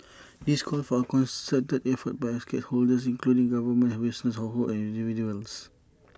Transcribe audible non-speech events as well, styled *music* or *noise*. *noise* this calls for A concerted effort by all stakeholders including the government businesses households and individuals